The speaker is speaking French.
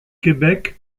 québec